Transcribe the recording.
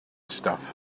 stuff